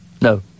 No